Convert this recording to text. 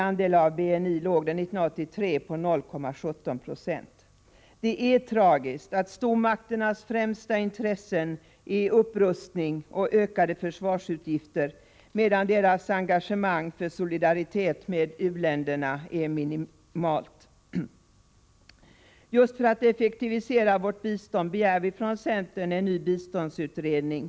1983 var andelen av BNI 0,17 90. Det är tragiskt att stormakternas främsta intressen är upprustning och ökade försvarsutgifter, medan deras engagemang för och solidaritet med u-länderna är minimalt. Just för att effektivisera biståndet begär centern en ny biståndsutredning.